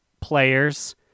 players